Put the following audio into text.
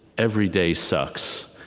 every day sucks.